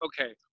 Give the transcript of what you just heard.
okay